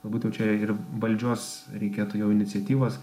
būten čia ir valdžios reikėtų jau iniciatyvos